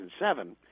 2007